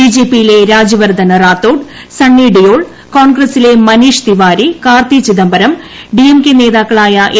ബിജെപിയിലെ രാജ്യവർദ്ദൻ റാത്തോഡ് സണ്ണി ഡിയോൾ കോൺഗ്രസിലെ മനീഷ് തിവാരി കാർത്തി ചിദംബരം ഡിഎംകെ നേതാക്കളായ എ